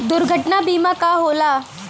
दुर्घटना बीमा का होला?